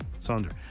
Sonder